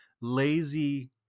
lazy